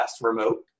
remote